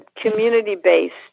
community-based